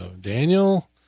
Daniel